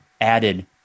added